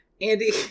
Andy